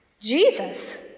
Jesus